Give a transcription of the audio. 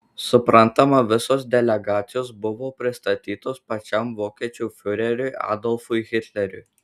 suprantama visos delegacijos buvo pristatytos pačiam vokiečių fiureriui adolfui hitleriui